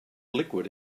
liquid